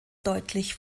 deutlich